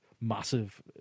massive